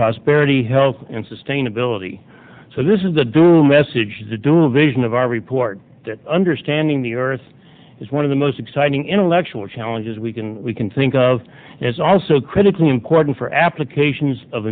prosperity health and sustainability so this is the do message do a vision of our report understanding the earth is one of the most exciting intellectual challenges we can we can think of is also critically important for applications of